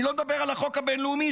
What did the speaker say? אני לא מדבר על החוק הבין-לאומי,